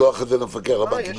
לשלוח את זה למפקח על הבנקים,